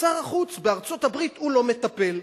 שר החוץ, בארצות-הברית הוא לא מטפל.